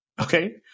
Okay